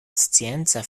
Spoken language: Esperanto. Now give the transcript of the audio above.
scienca